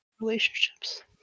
relationships